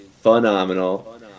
phenomenal